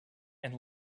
and